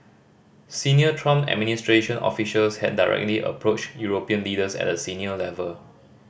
Senior Trump administration officials had directly approached European leaders at a senior level